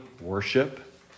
worship